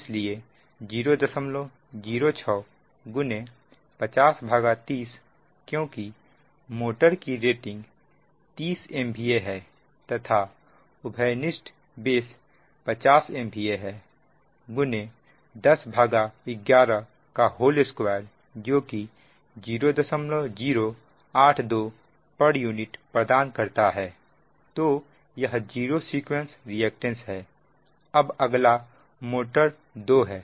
इसलिए 006 5030 क्योंकि मोटर की रेटिंग 30 MVA है तथा उभयनिष्ठ बेस 50 MVA है 10112 जो कि 0082 pu प्रदान करता है तो यह जीरो सीक्वेंस रिएक्टेंस है अब अगला मोटर 2 है